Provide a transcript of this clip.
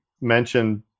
mentioned